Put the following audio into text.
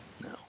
No